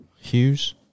Hughes